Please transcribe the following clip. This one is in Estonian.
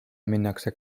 minnakse